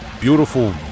beautiful